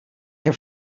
que